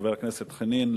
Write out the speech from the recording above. חבר הכנסת חנין,